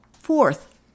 Fourth